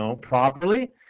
properly